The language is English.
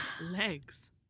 legs